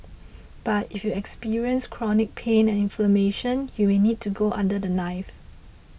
but if you experience chronic pain and inflammation you may need to go under the knife